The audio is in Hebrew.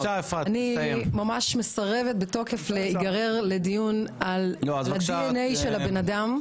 אני מסרבת בתוקף להיגרר לדיון על ה-DNA של הבן אדם,